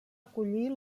acollir